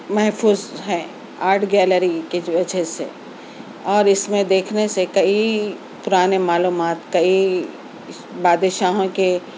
محفوظ ہیں art gallery کی وجہ سے اور اس میں دیکھنے سے کئی پرانے معلومات کئی بادشاہوں کے